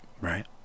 Right